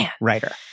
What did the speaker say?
writer